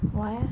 why eh